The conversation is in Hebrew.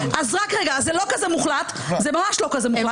רק רגע, אז זה לא כזה מוחלט, זה ממש לא כזה מוחלט.